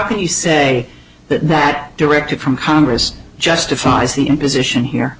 can you say that that directive from congress justifies the imposition here